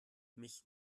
mich